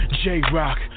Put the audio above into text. J-Rock